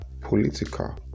political